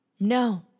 No